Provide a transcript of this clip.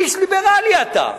איש ליברלי אתה.